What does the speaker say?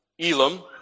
Elam